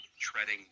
treading